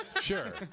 Sure